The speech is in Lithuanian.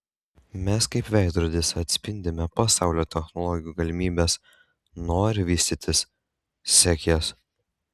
mes kaip veidrodis atspindime pasaulio technologijų galimybes nori vystytis sek jas